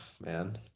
man